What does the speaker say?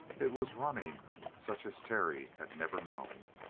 it was running such as terry had never known.